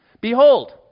Behold